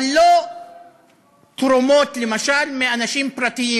אבל לא תרומות, למשל, מאנשים פרטיים